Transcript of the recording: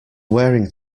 wearing